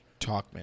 Talkman